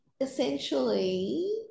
essentially